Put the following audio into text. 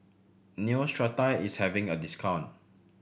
Neostrata is having a discount